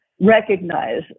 recognize